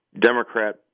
Democrat